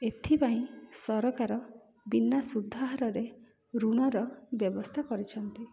ଏଥିପାଇଁ ସରକାର ବିନା ସୁଧ ହାରରେ ଋଣର ବ୍ୟବସ୍ଥା କରିଛନ୍ତି